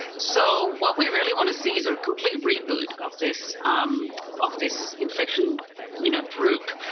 so what we really want to see is a complete reboot of this um of this infection you know group,